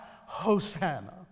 Hosanna